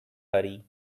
hurry